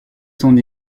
son